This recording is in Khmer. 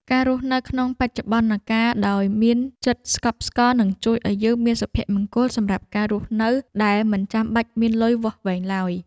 ការរស់នៅក្នុងបច្ចុប្បន្នកាលដោយមានចិត្តស្កប់ស្កល់នឹងជួយឱ្យយើងមានសុភមង្គលសម្រាប់ការរស់នៅដែលមិនចាំបាច់មានលុយវាស់វែងឡើយ។